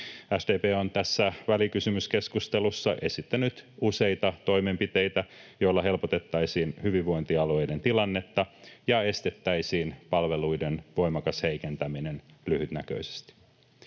SDP on tässä välikysymyskeskustelussa esittänyt useita toimenpiteitä, joilla helpotettaisiin hyvinvointialueiden tilannetta ja estettäisiin palveluiden voimakas heikentäminen lyhytnäköisesti.